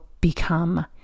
become